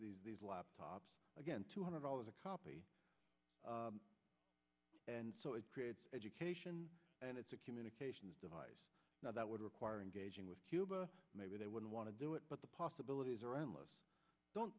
these laptops again two hundred dollars a copy and so it creates education and it's a communications device now that would require engaging with cuba maybe they wouldn't want to do it but the possibilities are endless don't